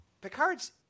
Picard's